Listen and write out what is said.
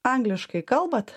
angliškai kalbat